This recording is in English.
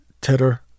Titter